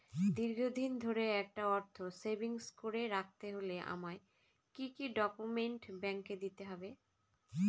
দীর্ঘদিন ধরে একটা অর্থ সেভিংস করে রাখতে হলে আমায় কি কি ডক্যুমেন্ট ব্যাংকে দিতে হবে?